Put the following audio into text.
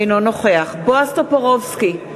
אינו נוכח בועז טופורובסקי,